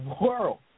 world